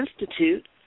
institute